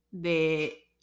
de